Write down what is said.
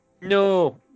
No